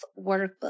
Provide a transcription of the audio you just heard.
workbook